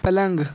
پلنگ